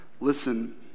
Listen